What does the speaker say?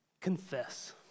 Confess